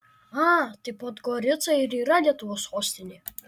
a tai podgorica ir yra lietuvos sostinė